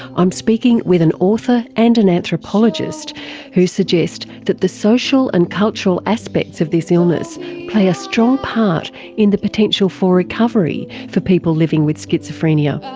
i'm speaking with an author and an anthropologist who suggest that the social and cultural aspects of this illness play a strong part in the potential for recovery for people living with schizophrenia.